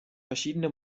verschiedene